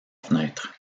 fenêtre